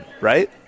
right